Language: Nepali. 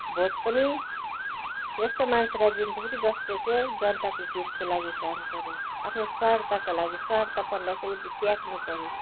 भोट पनि यस्तो मान्छेलाई दिनुपर्छ कि जसले चाहिँ जनताको हितको लागि काम गरोस् आफ्नो स्वार्थको लागि स्वार्थपनलाई चाहिँ उसले त्याग्नुपऱ्यो